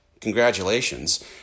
congratulations